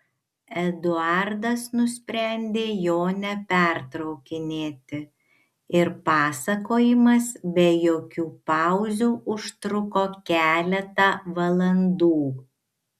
eduardas nusprendė jo nepertraukinėti ir pasakojimas be jokių pauzių užtruko keletą valandų